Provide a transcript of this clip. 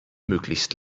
möglichst